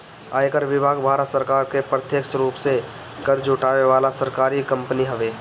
आयकर विभाग भारत सरकार के प्रत्यक्ष रूप से कर जुटावे वाला सरकारी कंपनी हवे